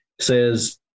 says